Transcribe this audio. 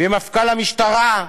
ומפכ"ל המשטרה,